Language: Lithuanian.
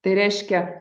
tai reiškia